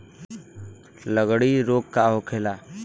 लगड़ी रोग का होखेला?